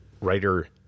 writer